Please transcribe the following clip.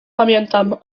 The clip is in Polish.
pamiętam